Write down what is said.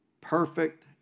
perfect